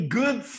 good